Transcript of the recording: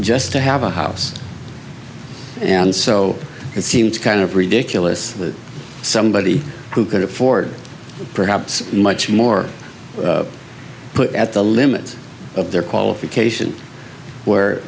just to have a house and so it seems kind of ridiculous somebody who could afford perhaps much more put at the limits of their qualifications where